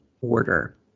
order